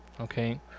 Okay